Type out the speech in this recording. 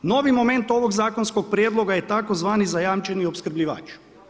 Novi moment ovog zakonskog prijedloga je tzv. zajamčeni opskrbljivač.